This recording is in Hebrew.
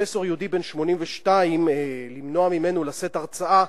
פרופסור יהודי בן 82, למנוע ממנו לשאת הרצאה,